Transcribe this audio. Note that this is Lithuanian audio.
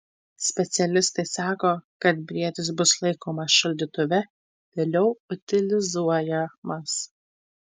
specialistai sako kad briedis bus laikomas šaldytuve vėliau utilizuojamas